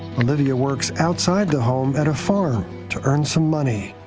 olivia works outside the home at a farm to earn some money.